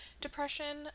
depression